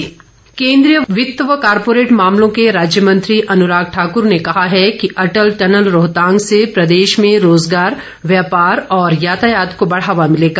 अनुराग ठाकुर केन्द्रीय वित्त व कॉरपोरेट मामलों के राज्य मंत्री अनुराग ठाकुर ने कहा है कि अटल टनल रोहतांग से प्रदेश में रोज़गार व्यापार और यातायात को बढ़ावा भिलेगा